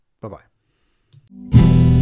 Bye-bye